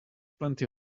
plenty